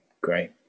Great